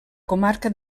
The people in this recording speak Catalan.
comarca